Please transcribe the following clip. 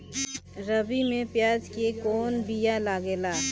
रबी में प्याज के कौन बीया लागेला?